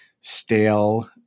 stale